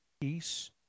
peace